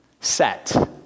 set